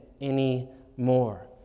anymore